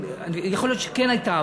יכול להיות שכן הייתה,